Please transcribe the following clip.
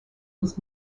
his